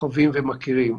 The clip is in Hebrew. חווים ומכירים.